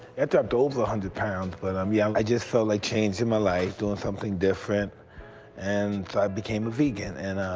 it dropped over one hundred pounds, but i'm young. i just felt like change in my life doing something different and i became a vegan and.